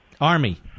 Army